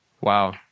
Wow